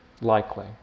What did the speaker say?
Likely